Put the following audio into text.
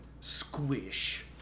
Squish